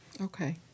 Okay